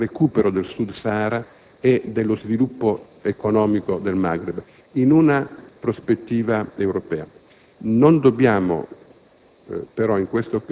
scisso dal recupero del Sud Sahara e dallo sviluppo economico del Maghreb, in una prospettiva europea. Non dobbiamo